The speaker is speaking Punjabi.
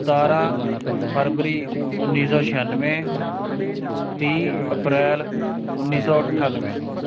ਸਤਾਰ੍ਹਾਂ ਫਰਵਰੀ ਉੱਨੀ ਸੌ ਛਿਆਨਵੇਂ ਤੀਹ ਅਪ੍ਰੈਲ ਉੱਨੀ ਸੌ ਅਠਾਨਵੇਂ